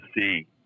see